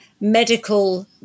medical